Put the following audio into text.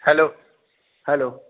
hello hello